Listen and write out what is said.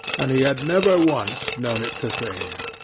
and he had never once known it to fail.